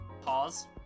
Pause